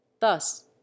Thus